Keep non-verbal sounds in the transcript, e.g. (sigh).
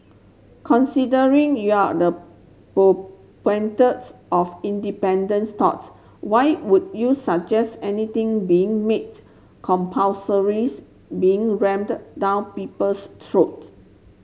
considering you're the (unintelligible) of independents thought why would you suggest anything being made compulsory (unintelligible) being rammed down people's throats